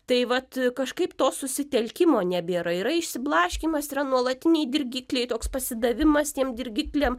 tai vat kažkaip to susitelkimo nebėra yra išsiblaškymas yra nuolatiniai dirgikliai toks pasidavimas tiem dirgikliam